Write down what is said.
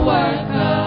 Worker